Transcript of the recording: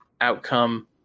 outcome